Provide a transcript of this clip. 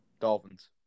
Dolphins